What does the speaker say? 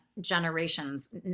generations